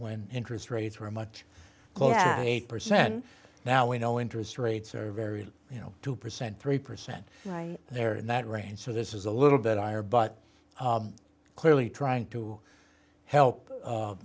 when interest rates were much eight percent now we know interest rates are very you know two percent three percent there in that range so this is a little bit higher but clearly trying to help